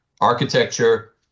architecture